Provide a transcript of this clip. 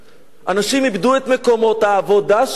אנשים איבדו את מקומות העבודה שלהם.